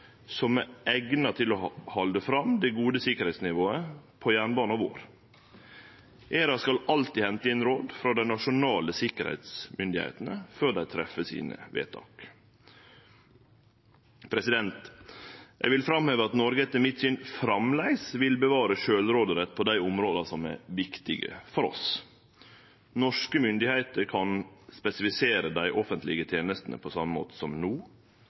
som er eigna til å halde fram det gode sikkerheitsnivået på jernbanen vår. ERA skal alltid hente inn råd frå dei nasjonale sikkerheitsmyndighetene før dei treffer sine vedtak. Eg vil framheve at Noreg etter mitt syn framleis vil bevare sjølvråderett på dei områda som er viktige for oss. Norske myndigheiter kan spesifisere dei offentlege tenestene på same måte som no.